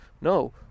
no